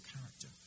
character